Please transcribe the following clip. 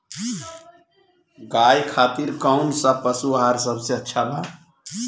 गाय खातिर कउन सा पशु आहार सबसे अच्छा बा?